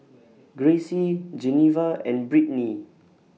Gracie Geneva and Brittnie